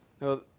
No